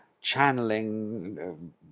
channeling